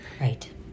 right